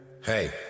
Hey